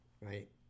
Right